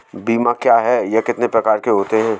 बीमा क्या है यह कितने प्रकार के होते हैं?